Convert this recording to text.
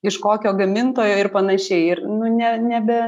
iš kokio gamintojo ir panašiai ir nu ne nebe